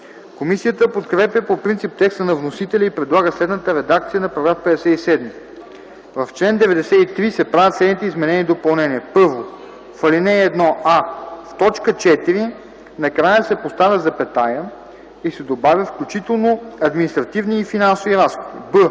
Комисията подкрепя по принцип текста на вносителя и предлага следната редакция на § 57: „§ 57. В чл. 93 се правят следните изменения и допълнения: 1. В ал. 1: а) в т. 4 накрая се поставя запетая и се добавя „включително административни и финансови разходи”;